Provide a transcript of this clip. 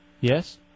Yes